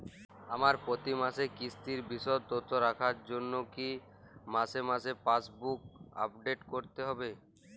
আমার প্রতি মাসের কিস্তির বিশদ তথ্য রাখার জন্য কি মাসে মাসে পাসবুক আপডেট করতে হবে?